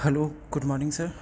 hello good morning sir